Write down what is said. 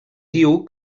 diu